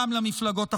גם למפלגות החרדיות.